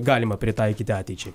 galima pritaikyti ateičiai